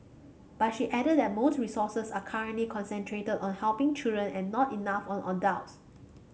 but she added that most resources are currently concentrated on helping children and not enough on adults